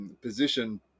position